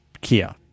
Kia